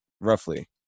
roughly